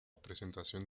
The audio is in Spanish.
presentación